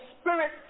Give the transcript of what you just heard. spirit